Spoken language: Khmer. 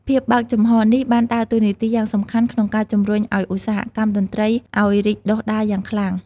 ភាពបើកចំហរនេះបានដើរតួនាទីយ៉ាងសំខាន់ក្នុងការ ជំរុញឱ្យឧស្សាហកម្មតន្ត្រីអោយរីកដុះដាលយ៉ាងខ្លាំង។